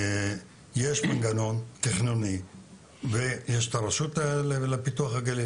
יש מנגנון תכנוני ויש את הרשות לפיתוח הגליל,